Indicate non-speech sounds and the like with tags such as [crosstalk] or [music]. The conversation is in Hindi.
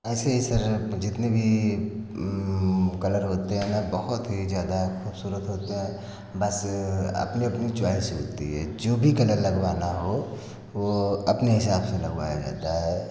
ऐसे ऐसे [unintelligible] पे जितने भी कलर होते हैं [unintelligible] बहुत ही ज़्यादा खूबसूरत होते हैं बस अपने अपनी चॉइस होती है चो भी कलर लगवाना हो वो अपने हिसाब से लगवाया जाता है